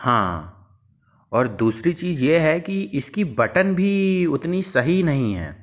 हाँ और दूसरी चीज़ ये है कि इसकी बटन भी उतनी सही नहीं है